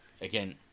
again